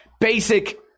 basic